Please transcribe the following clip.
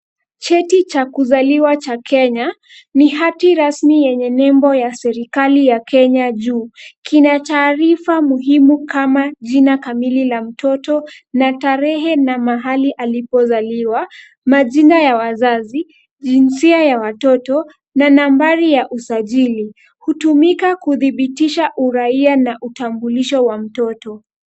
Cheti cha kuzaliwa cha Kenya, ni hati rasmi yenye nembo ya serikali ya Kenya juu. Kina taarifa muhimu kama jina kamili la mtoto na tarehe na mahali alipozaliwa majina ya wazazi, jinsia ya watoto na nambari ya usajili hutumika kudhibitisha uraia na utambulisho wa mtoto.